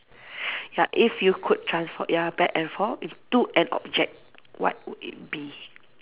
ya if you could transform ya back and forth into an object what would it be